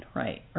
right